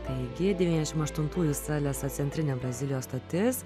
taigi devyniasdešimt aštuntųjų saleso centrinė brazilijos stotis